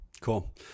Cool